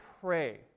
pray